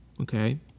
okay